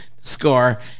score